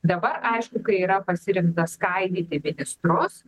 dabar aišku kai yra pasirinkta skaidyti ministrus